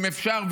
אם אפשר,